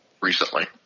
recently